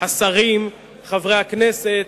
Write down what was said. השרים, חברי הכנסת,